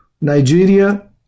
Nigeria